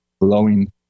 blowing